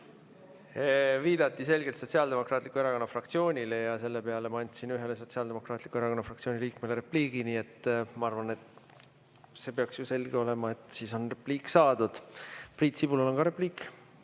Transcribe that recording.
Viidati selgelt Sotsiaaldemokraatliku Erakonna fraktsioonile ja selle peale ma andsin ühele Sotsiaaldemokraatliku Erakonna fraktsiooni liikmele repliigi. Nii et ma arvan, et see peaks ju selge olema, et siis on repliik saadud. Priit Sibulal on ka repliik.